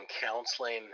counseling